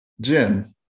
Jen